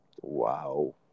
Wow